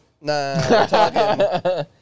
Nah